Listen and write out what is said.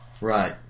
Right